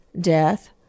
death